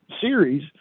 series